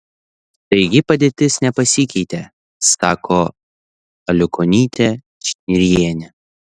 taigi padėtis nepasikeitė sako aliukonytė šnirienė